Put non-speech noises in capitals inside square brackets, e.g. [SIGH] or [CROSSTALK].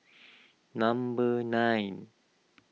[NOISE] number nine